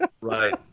right